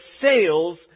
sales